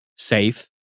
safe